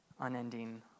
unending